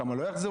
כמה לא יחזרו,